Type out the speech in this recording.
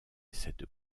cette